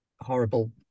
horrible